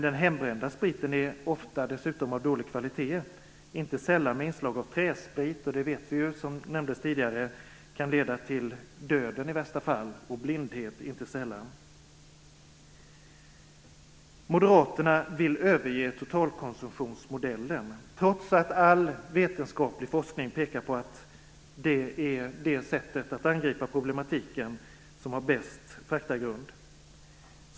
Den hembrända spriten är dessutom ofta av dålig kvalitet, inte sällan med inslag av träsprit som vi vet kan leda till i värsta fall döden, inte sällan blindhet. Moderaterna vill överge totalkonsumtionsmodellen, trots att all vetenskaplig forskning pekar på att det sättet att angripa problematiken har bäst faktagrund.